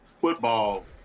football